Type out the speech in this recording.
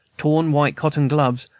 torn white cotton gloves,